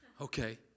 Okay